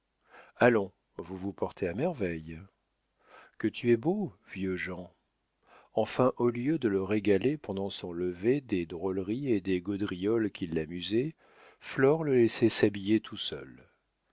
allons vous vous portez à merveille que tu es beau vieux jean enfin au lieu de le régaler pendant son lever des drôleries et des gaudrioles qui l'amusaient flore le laissait s'habiller tout seul